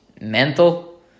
mental